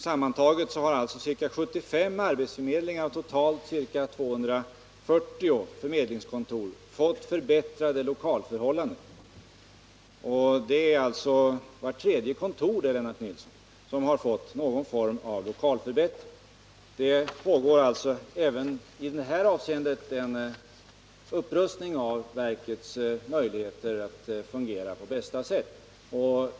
Sammantaget har alltså ca 75 av totalt ungefär 240 förmedlingskontor fått förbättrade lokalförhållanden. Det innebär, Lennart Nilsson, att vart tredje kontor har fått någon form av lokalförbättring under förra budgetåret. Det pågår alltså även i det här avseendet en upprustning av verkets möjligheter att fungera på bästa sätt.